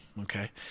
Okay